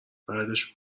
بعدش